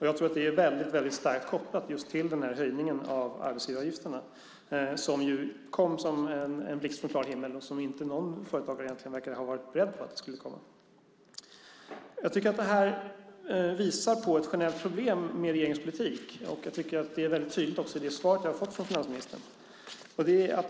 Jag tror att detta är starkt kopplat till höjningen av arbetsgivaravgifterna, som ju kom som en blixt från klar himmel och som inte någon företagare egentligen verkar ha varit beredd på skulle komma. Jag tycker att detta visar på ett problem med regeringens politik. Det är tydligt också i det svar som vi har fått från finansministern.